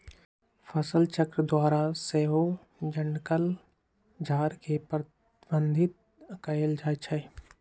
फसलचक्र द्वारा सेहो जङगल झार के प्रबंधित कएल जा सकै छइ